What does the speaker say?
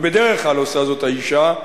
ובדרך כלל עושה זאת האשה,